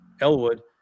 Elwood